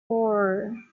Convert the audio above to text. four